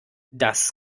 dass